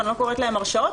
ואני לא קוראת להם הרשעות.